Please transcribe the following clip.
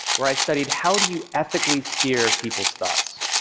where i studied how do you ethically steer people's thoughts?